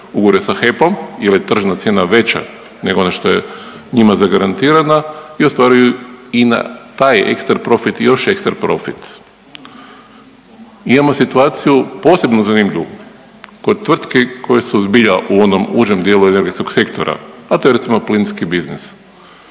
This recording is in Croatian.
ugovore sa HEP-om jer je tržna cijena veća nego ona što je njima zagarantirana i ostvaruju i na taj ekstra profit još ekstra profit. Imamo situaciju posebno zanimljivu kod tvrtki koje su zbilja u onom užem dijelu energetskog sektora, a to je recimo plinski biznis.